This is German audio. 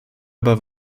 aber